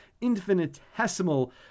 infinitesimal